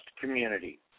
community